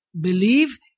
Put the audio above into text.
believe